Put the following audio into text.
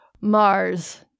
Mars